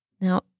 Now